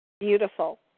Beautiful